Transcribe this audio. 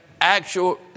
actual